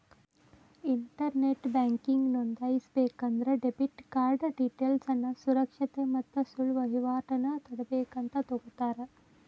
internet banking ನೋಂದಾಯಿಸಬೇಕಂದ್ರ debit card ಡೇಟೇಲ್ಸ್ನ ಸುರಕ್ಷತೆ ಮತ್ತ ಸುಳ್ಳ ವಹಿವಾಟನ ತಡೇಬೇಕಂತ ತೊಗೋತರ